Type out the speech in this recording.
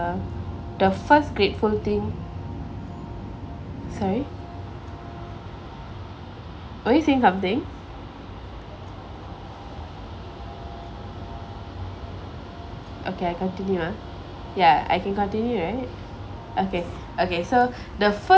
the first grateful thing sorry were you saying something okay I continue ah ya I can continue right okay okay so the first